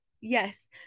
Yes